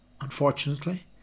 unfortunately